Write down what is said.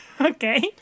Okay